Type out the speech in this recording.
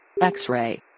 X-Ray